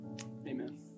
Amen